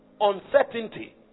uncertainty